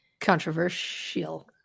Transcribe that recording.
Controversial